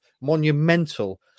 monumental